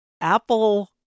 apple